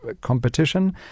competition